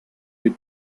mit